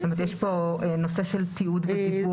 זאת אומרת, יש פה נושא של תיעוד ופיקוח.